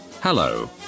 Hello